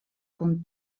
kun